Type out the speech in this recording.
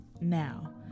now